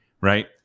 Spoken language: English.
Right